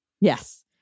Yes